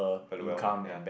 very well ah ya